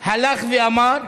הלך ואמר: